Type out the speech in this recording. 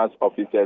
officers